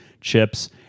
chips